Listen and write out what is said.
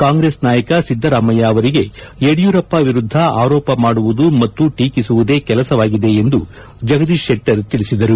ಕಾಂಗ್ರೆಸ್ ನಾಯಕ ಸಿದ್ದರಾಮಯ್ಯ ಅವರಿಗೆ ಯಡಿಯೂರಪ್ಪನವರ ವಿರುದ್ದ ಆರೋಪ ಮಾಡುವುದು ಮತ್ತು ಟೀಕಿಸುವುದೇ ಕೆಲಸವಾಗಿದೆ ಎಂದು ಜಗದೀಶ್ ಶೆಟ್ಟರ್ ತಿಳಿಸಿದರು